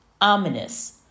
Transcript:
ominous